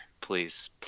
please